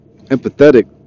empathetic